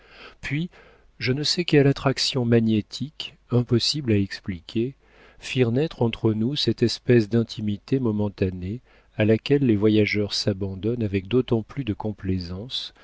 puis je ne sais quelle attraction magnétique impossible à expliquer firent naître entre nous cette espèce d'intimité momentanée à laquelle les voyageurs s'abandonnent avec d'autant plus de complaisance